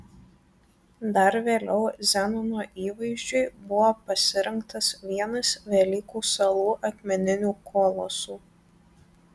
dar vėliau zenono įvaizdžiui buvo pasirinktas vienas velykų salų akmeninių kolosų